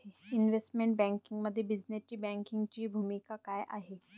Investment बँकिंगमध्ये business बँकिंगची भूमिका काय आहे?